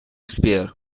sphere